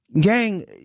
Gang